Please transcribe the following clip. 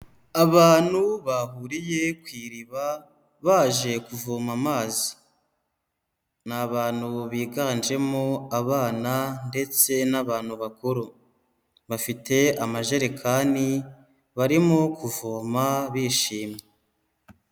Abantu bahuriye ku iriba baje kuvoma amazi, ni abantu biganjemo abana ndetse n'abantu bakuru, bafite amajerekani barimo kuvoma bishimye.